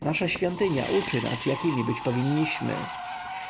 nasza świątynia uczy nas jakimi być powinniśmy